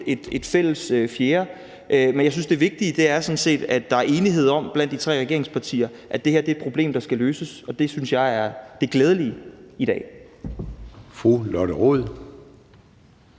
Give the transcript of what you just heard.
fælles, fjerde løsning. Men jeg synes sådan set, at det vigtige er, at der blandt de tre regeringspartier er enighed om, at det her er et problem, der skal løses, og det synes jeg er det glædelige i dag.